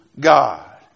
God